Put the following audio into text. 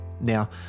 Now